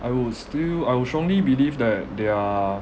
I would still I would strongly believe that there are